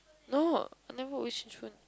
no I never